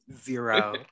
zero